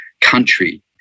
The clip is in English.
country